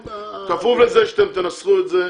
כפוף לזה שאתם תנסחו את זה,